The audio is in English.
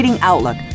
Outlook